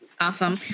Awesome